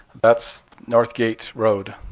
that's northgate road.